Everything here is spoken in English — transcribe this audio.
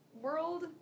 world